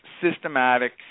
systematic